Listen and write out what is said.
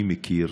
אני מכיר,